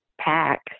pack